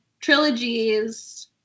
trilogies